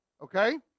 Okay